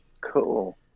Cool